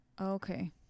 Okay